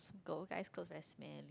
go guy go rest man